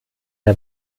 der